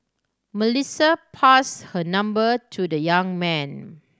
Melissa pass her number to the young man